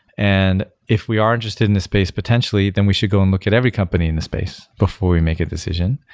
and if we are interested in this space potentially, then we should go and look at every company in this space before we make a decision.